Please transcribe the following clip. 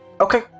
Okay